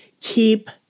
keep